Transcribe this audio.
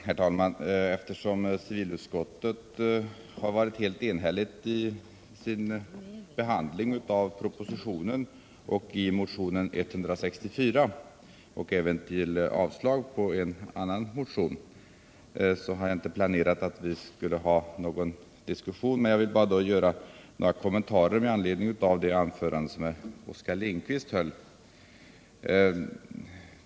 Herr talman! Eftersom civilutskottet enhälligt har hemställt ”att riksdagen med bifall till regeringens förslag, med anledning av motionen 1977 78:135 antar vid propositionen fogat förslag till lag om ändring i byggnadsstadgan”, var det inte planerat att vi skulle ha någon diskussion i kammaren. Jag vill emellertid göra några kommentarer med anledning av det anförande som Oskar Lindkvist höll.